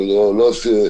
זה לא משפחה,